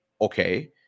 okay